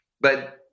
But-